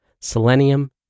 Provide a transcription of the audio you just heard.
selenium